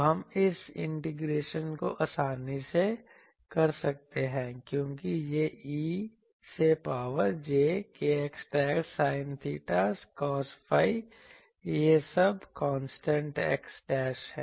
तो हम इस इंटीग्रेशन को आसानी से कर सकते हैं क्योंकि यह e से power j kx sin theta cos phi यह सब कांस्टेंट x है